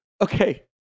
Okay